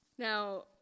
Now